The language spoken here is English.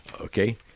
Okay